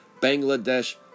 Bangladesh